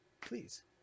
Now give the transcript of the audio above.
please